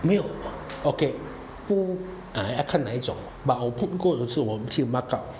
没有 okay 不 uh 要看哪一种不够人数我们去 mark up